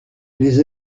les